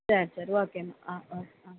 சரி சரி ஓகேம்மா ஆ ஓகே ஆ